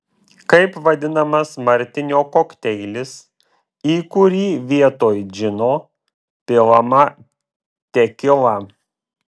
kaip vadinamas martinio kokteilis į kurį vietoj džino pilama tekila